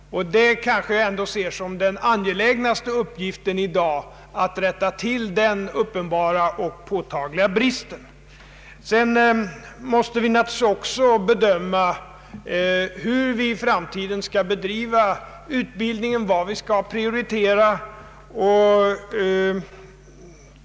Detta ser vi kanske ändå som den angelägnaste uppgiften i dag — att rätta till denna uppenbara och påtagliga brist. Sedan måste vi naturligtvis också bedöma hur vi i framtiden skall bedriva utbildningen, vad vi skall prioritera.